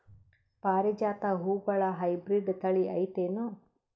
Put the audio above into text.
ಪಾರಿಜಾತ ಹೂವುಗಳ ಹೈಬ್ರಿಡ್ ಥಳಿ ಐತೇನು?